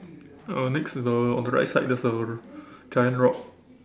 uh next is the on the right side there's a giant rock